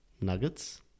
Nuggets